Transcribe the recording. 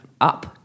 up